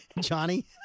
Johnny